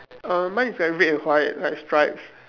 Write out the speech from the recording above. err mine is like red and white like stripes